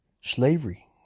slavery